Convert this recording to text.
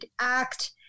act